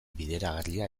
bideragarria